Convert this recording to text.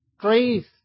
trees